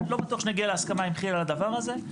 לא בטוח שנגיע להסכמה עם כיל על הדבר הזה,